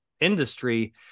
industry